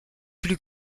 plus